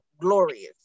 glorious